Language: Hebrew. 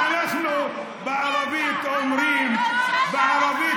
אנחנו אומרים בערבית,